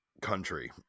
country